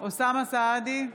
אוסאמה סעדי,